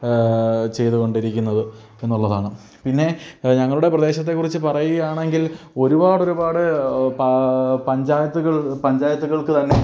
ചെയ്തു കൊണ്ടിരിക്കുന്നത് എന്നുള്ളതാണ് പിന്നെ ഞങ്ങളുടെ പ്രദേശത്തെക്കുറിച്ച് പറയുകയാണെങ്കിൽ ഒരുപാടൊരുപാട് പ പഞ്ചായത്തുകൾ പഞ്ചായത്തുകൾക്ക് തന്നെ